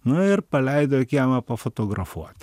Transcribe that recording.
nu ir paleido į kiemą pafotografuoti